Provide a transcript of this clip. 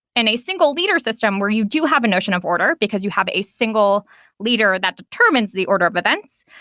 and a single leader system where you do have a notion of order, because you have a single leader that determines the order of events,